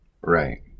Right